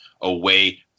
away